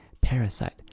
parasite